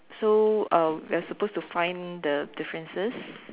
so uh we are supposed to find the differences